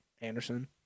Anderson